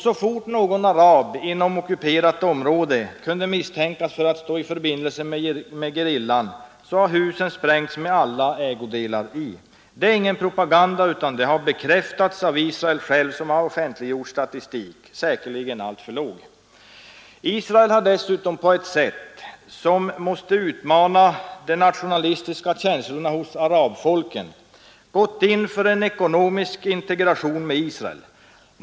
Så fort någon arab inom ockuperat område kunde misstänkas för att stå i förbindelse med gerillan har hans hus sprängts med alla ägodelar i. Det är ingen propaganda — det har bekräftats av Israel självt som offentliggjort statistik, säkerligen alltför låg. Israel har dessutom på ett sätt som måste utmana de nationalistiska känslorna hos arabfolken gått in för en ekonomisk integration med Israel av de ockuperade områdena.